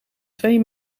twee